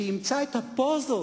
שהיא אימצה את הפוזות